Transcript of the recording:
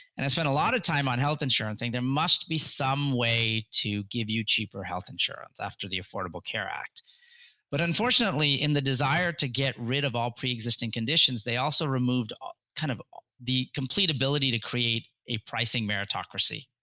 and i spent a lot of time on health insurance there must be some way to give you cheaper health insurance after the affordable care act but unfortunately, in the desire to get rid of all pre-existing conditions. they also removed ah kind of the completability to create a pricing meritocracy.